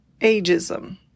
ageism